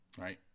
Right